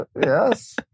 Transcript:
Yes